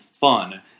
fun